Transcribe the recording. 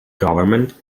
government